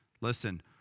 Listen